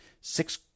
six